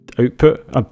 output